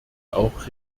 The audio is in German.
auch